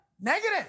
Negative